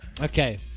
Okay